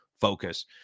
focus